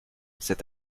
cet